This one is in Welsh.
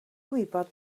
gwybod